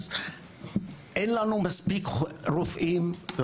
אין לנו מספיק רופאים.